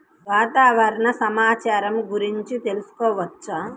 వాతావరణ సమాచారము గురించి ఎలా తెలుకుసుకోవచ్చు?